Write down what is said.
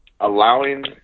allowing